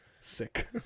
Sick